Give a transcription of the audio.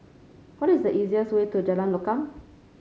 what is the easiest way to Jalan Lokam